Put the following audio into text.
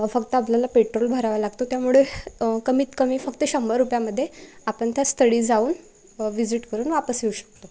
फक्त आपल्याला पेट्रोल भरावं लागतो त्यामुळे कमीत कमी फक्त शंभर रुपयामध्ये आपण त्या स्थळी जाऊन व्हिजिट करून वापस येऊ शकतो